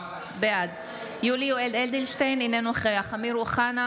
בעד יולי יואל אדלשטיין, אינו נוכח אמיר אוחנה,